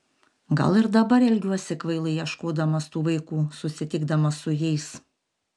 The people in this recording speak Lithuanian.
gal ir dabar elgiuosi kvailai ieškodamas tų vaikų susitikdamas su jais